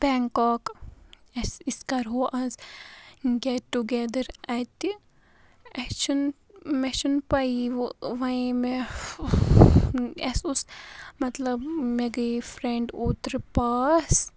Bangkok أسۍ کَرہو آز گیٚٹ ٹُو گیدَر اَتہِ اسہِ چھُنہٕ مےٚ چھُنہٕ پَیی وۄنۍ مےٚ اسہِ اوس مَطلب مےٚ گٔے فِرٛینٛڈ اوترٕ پاس